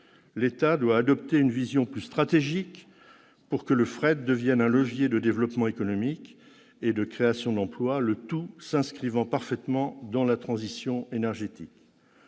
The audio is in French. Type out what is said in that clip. L'État doit adopter une vision plus stratégique pour que le fret devienne un levier de développement économique et de création d'emplois, s'inscrivant en outre parfaitement dans la transition énergétique.